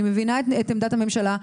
אני מבינה את עמדת הממשלה,